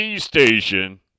station